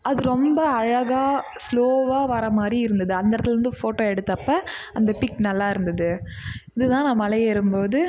அது ரொம்ப அழகாக ஸ்லோவாக வர மாதிரி இருந்தது அந்த இடத்துல இருந்து ஃபோட்டோ எடுத்தப்போ அந்த பிக் நல்லா இருந்தது இது தான் நான் மலை ஏறும் போது